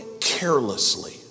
carelessly